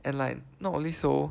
and like not only so